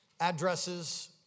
addresses